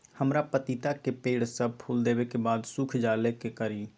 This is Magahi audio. हमरा पतिता के पेड़ सब फुल देबे के बाद सुख जाले का करी?